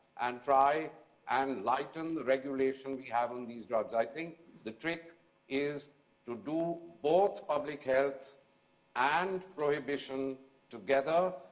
and try and lighten the regulation we have um these drugs? i think the trick is to do both of the health and prohibition together.